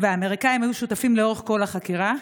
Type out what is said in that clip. והאמריקנים היו שותפים לאורך כל החקירה.